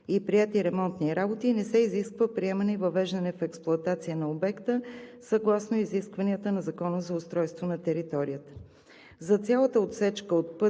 и приети ремонтни работи и не се изисква приемане и въвеждане в експлоатация на обекта, съгласно изискванията на Закона за устройство на територията. За цялата отсечка от път